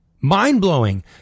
mind-blowing